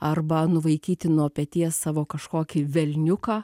arba nuvaikyti nuo peties savo kažkokį velniuką